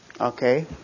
Okay